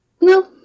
No